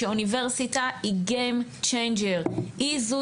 שאוניברסיטה היא game changer היא זו